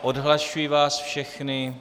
Odhlašuji vás všechny.